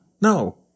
no